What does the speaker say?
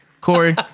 Corey